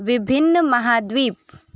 विभिन्न महाद्वीप